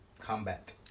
combat